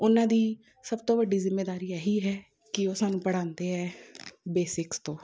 ਉਹਨਾਂ ਦੀ ਸਭ ਤੋਂ ਵੱਡੀ ਜ਼ਿੰਮੇਦਾਰੀ ਇਹੀ ਹੈ ਕਿ ਉਹ ਸਾਨੂੰ ਪੜ੍ਹਾਉਂਦੇ ਹੈ ਬੇਸਿਕਸ ਤੋਂ